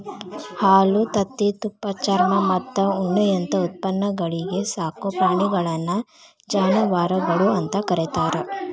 ಹಾಲು, ತತ್ತಿ, ತುಪ್ಪ, ಚರ್ಮಮತ್ತ ಉಣ್ಣಿಯಂತ ಉತ್ಪನ್ನಗಳಿಗೆ ಸಾಕೋ ಪ್ರಾಣಿಗಳನ್ನ ಜಾನವಾರಗಳು ಅಂತ ಕರೇತಾರ